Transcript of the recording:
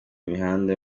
mihanda